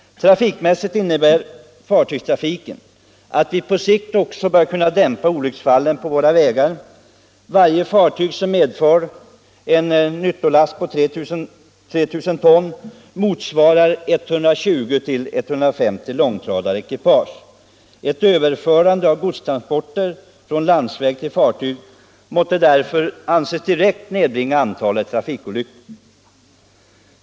Dessutom innebär fartygstrafiken på sikt att vi kan nedbringa olycksfallen på våra vägar. Varje fartyg som medför en nyttolast på 3 000 ton motsvarar 120-150 långtradarekipage. Ett överförande av godstransporter från landsvägsfordon till fartyg måste därför anses direkt nedbringa antalet trafikolyckor.